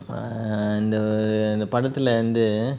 err and the அந்த படத்துல வந்து:antha padathula vanthu